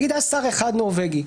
נגיד היה שר נורבגי אחד,